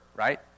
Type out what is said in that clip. Right